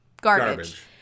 garbage